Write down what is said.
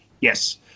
Yes